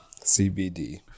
CBD